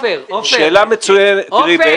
תראו.